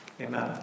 Amen